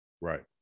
Right